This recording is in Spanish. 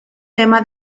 tema